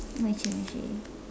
Moshi Moshi